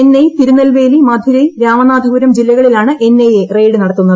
ചെന്നൈ തിരുനൽവേലി മധുരൈ രാമനാഥപുരം ജില്ലകളിലാണ് N I A raid നടത്തുന്നത്